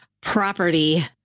property